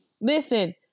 listen